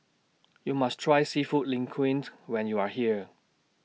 YOU must Try Seafood Linguine when YOU Are here